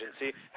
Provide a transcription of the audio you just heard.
agency